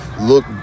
look –